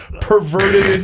perverted